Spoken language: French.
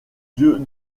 dieux